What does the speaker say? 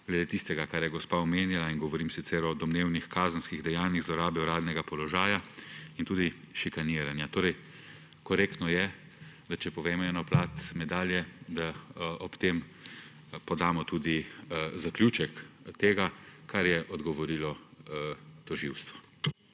glede tistega, kar je gospa omenjala, govorim o domnevnih kazenskih dejanjih zlorabe uradnega položaja in tudi šikaniranja. Korektno je, da če povemo eno plat medalje, ob tem podamo tudi zaključek tega, kar je odgovorilo tožilstvo.